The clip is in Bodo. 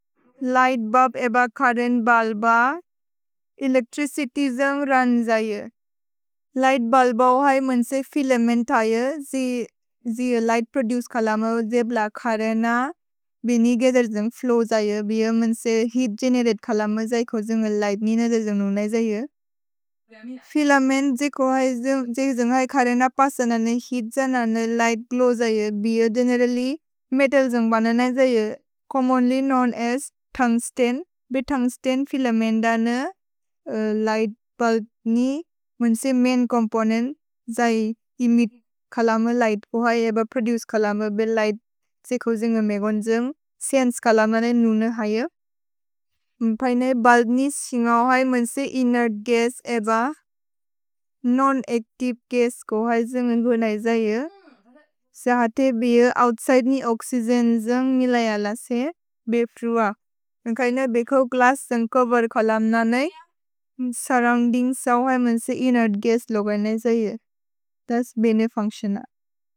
लिघ्त् बुल्ब् एब चुर्रेन्त् बल्ब, एलेच्त्रिचित्य् जन्ग् रन् जये। लिघ्त् बुल्ब् ओ है मन्से फिलमेन्त् आये, जि लिघ्त् प्रोदुचे कलम जे ब्ल खरेन बिनि गजर् जन्ग् फ्लोव् जये, बिअ मन्से हेअत् गेनेरते कलम जयेको जन्ग् लिघ्त् निन जयेनु न जये। फिलमेन्त् जे को है जे जन्ग् है खरेन पसनने हेअत् जनने लिघ्त् ग्लोव् जये, बिअ गेनेरल्ल्य् मेतल् जन्ग् बन न जये, चोम्मोन्ल्य् क्नोव्न् अस् तुन्ग्स्तेन्, बिअ तुन्ग्स्तेन् फिलमेन्त न लिघ्त् बुल्ब् नि मन्से मैन् चोम्पोनेन्त् जये, एमित् कलम लिघ्त् ओ है एब प्रोदुचे कलम बिअ लिघ्त् त्सेको जन्गे मेगोन् जन्ग् सेन्से कलम न नुन है यो। म्पैने बुल्ब् नि सिन्ग ओ है मन्से इनेर्त् गस् एब नोन्-अच्तिवे गस् ओ है जन्ग् इन्गो नै जये, सेहते बिअ ओउत्सिदे नि ओक्स्य्गेन् जन्ग् मिलय ल से बे फ्रुअ, करेन बेको ग्लस्स् जन्ग् चोवेर् कलम न नै, सुर्रोउन्दिन्ग् ओ है मन्से इनेर्त् गस् लोग नै जये, तस् बिने फुन्च्तिओनल्।